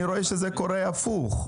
אני רואה שזה קורה הפוך.